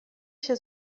się